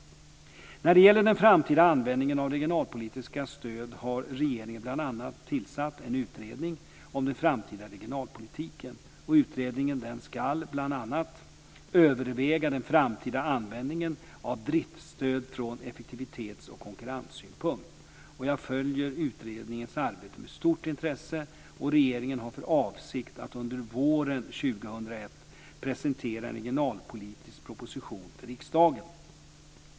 När det gäller den framtida användningen av regionalpolitiska stöd har regeringen bl.a. tillsatt en utredning om den framtida regionalpolitiken. Utredningen ska bl.a. överväga den framtida användningen av driftstöd från effektivitets och konkurrenssynpunkt. Jag följer utredningens arbete med stort intresse, och regeringen har för avsikt att under våren 2001 presentera en regionalpolitisk proposition för riksdagen.